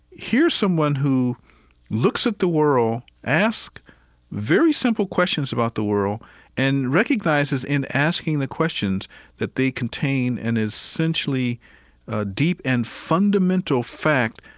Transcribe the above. here's someone who looks at the world, asks very simple questions about the world and recognizes in asking the questions that they contain an essentially deep and fundamental fact,